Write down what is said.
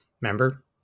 Remember